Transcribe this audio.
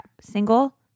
Single